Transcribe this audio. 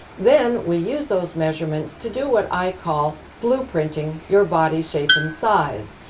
then we use those measurements to do what i call blue printing your body shape and size.